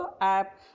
app